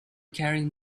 carrying